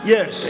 Yes